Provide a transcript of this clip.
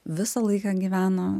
visą laiką gyveno